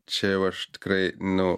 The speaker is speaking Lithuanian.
čia jau aš tikrai nu